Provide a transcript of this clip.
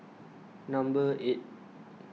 number eight